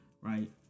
right